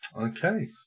Okay